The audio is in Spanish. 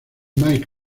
mike